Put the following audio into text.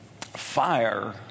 Fire